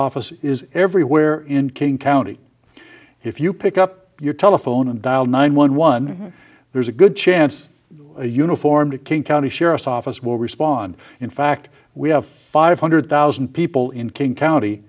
office is everywhere in king county if you pick up your telephone and dial nine one one there's a good chance a uniformed king county sheriff's office will respond in fact we have five hundred thousand people in king county